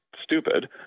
stupid